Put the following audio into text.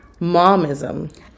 momism